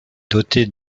dotée